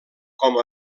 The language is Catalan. com